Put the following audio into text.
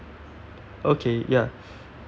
okay ya